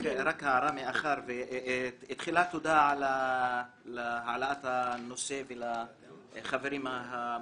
תחילה, תודה על העלאת הנושא ולחברים המציעים.